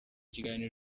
kiganiro